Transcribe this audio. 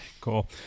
Cool